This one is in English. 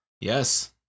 Yes